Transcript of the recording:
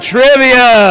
Trivia